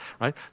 right